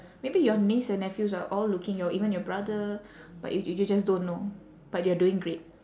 maybe your niece and nephews are all looking your even your brother but y~ you just don't know but you are doing great